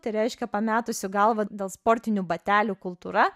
tai reiškia pametusių galvą dėl sportinių batelių kultūra